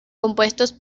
compuestos